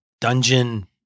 dungeon